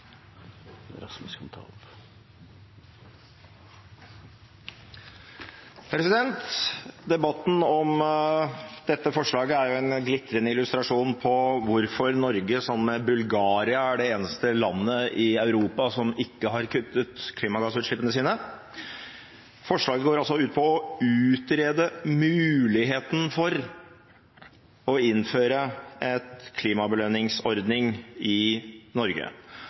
glitrende illustrasjon på hvorfor Norge sammen med Bulgaria er de eneste landene i Europa som ikke har kuttet klimagassutslippene sine. Forslaget går ut på å utrede muligheten for å innføre en klimabelønningsordning i Norge.